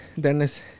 Dennis